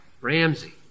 Ramsey